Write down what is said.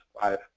five